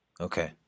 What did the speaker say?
Okay